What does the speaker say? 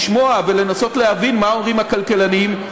לשמוע ולנסות להבין מה אומרים הכלכלנים,